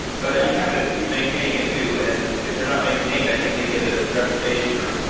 but you'd have to keep maintaining it too, and if they're not maintained, i think they get a reputation for